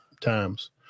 times